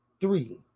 three